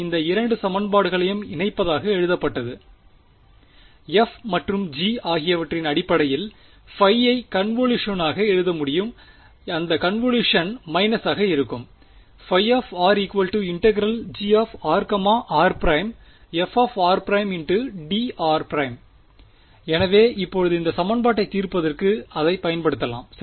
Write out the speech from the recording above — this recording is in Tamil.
இந்த 2 சமன்பாடுகளையும் இணைப்பதாக எழுதப்பட்டது f மற்றும் g ஆகியவற்றின் அடிப்படையில் ஐ கன்வொலுஷனாக எழுத முடியும் அந்த கன்வொலுஷன் மைனஸாக இருக்கும் ϕ ∫gr r′fr′dr′ எனவே இப்போது இந்த சமன்பாட்டை தீர்ப்பதற்கு அதைப் பயன்படுத்தலாம் சரி